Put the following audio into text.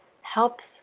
helps